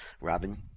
Robin